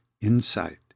insight